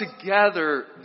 together